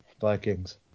Vikings